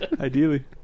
ideally